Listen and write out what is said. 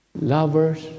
lovers